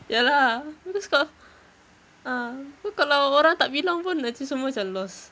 ya lah just kalau ah tu kalau orang tak bilang pun nanti semua macam lost